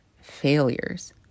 failures